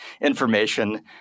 information